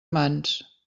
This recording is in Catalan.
mans